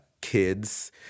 kids